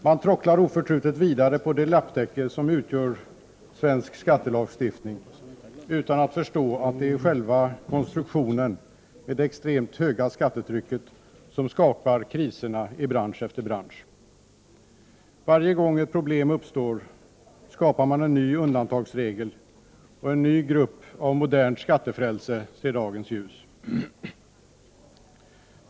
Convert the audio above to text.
Man tråcklar oförtrutet vidare på det lapptäcke som utgör svensk skattelagstiftning, utan att förstå att det är själva konstruktionen med det extremt höga skattetrycket som skapar kriserna i bransch efter bransch. Varje gång ett problem uppstår skapar man en ny undantagsregel, och en ny grupp av modernt skattefrälse ser dagens ljus.